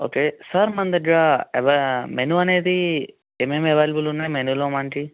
okay sir మన దగ్గర యవ మెనూ అనేది ఏమేమి అవైలబుల్ ఉన్నాయి మెనూలో మనకు